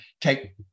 take